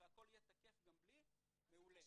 תוציא צו סגירה והכול יהיה תקף גם בלי אז מעולה.